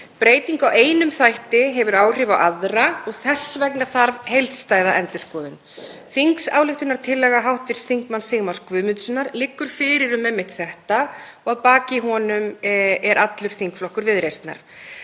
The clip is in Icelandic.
Breyting á einum þætti hefur áhrif á aðra og þess vegna þarf heildstæða endurskoðun. Þingsályktunartillaga hv. þm. Sigmars Guðmundssonar, sem liggur fyrir, er um einmitt þetta og að baki honum er allur þingflokkur Viðreisnar.